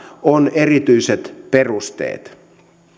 on erityiset perusteet